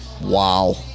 Wow